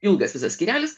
ilgas visas skyrelis